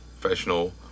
professional